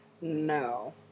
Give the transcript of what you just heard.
No